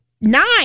nine